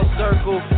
circle